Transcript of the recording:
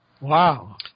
Wow